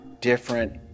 different